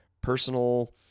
personal